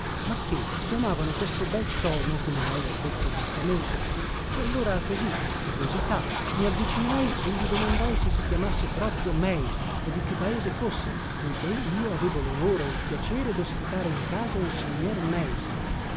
ma che chiamavano questo bel tomo come lei ha detto giustamente e allora così per curiosità mi avvicinai e gli domandai se si chiamasse proprio meis e di che paese fosse poiché io avevo lonore e il piacere dospitare in casa un signor meis